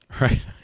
Right